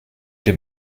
dem